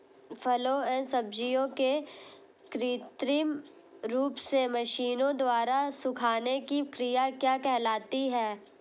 फलों एवं सब्जियों के कृत्रिम रूप से मशीनों द्वारा सुखाने की क्रिया क्या कहलाती है?